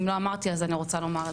אם לא אמרתי אז אני רוצה לומר.